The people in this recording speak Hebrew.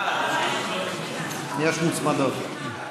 אדוני היושב-ראש, תודה רבה.